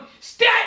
Stand